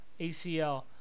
ACL